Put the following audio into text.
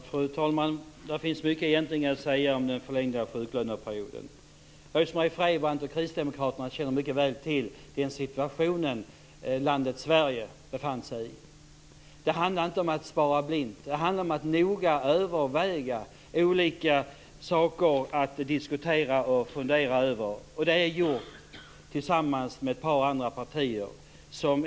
Fru talman! Det finns mycket att säga om den förlängda sjuklöneperioden. Rose-Marie Frebran och kristdemokraterna känner mycket väl till den situation landet Sverige befann sig i. Det handlade inte om att spara blint. Det handlade om att noga överväga, diskutera och fundera över olika saker, och det har vi gjort tillsammans med ett par andra partier.